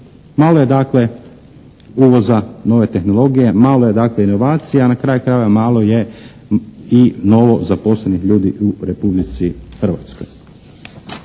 Malo je dakle, uvoza nove tehnologije. Malo je dakle inovacija, a na kraju krajeva malo je i novo zaposlenih ljudi u Republici Hrvatskoj.